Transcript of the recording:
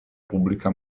pubblica